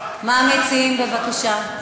מה המציעים, בבקשה?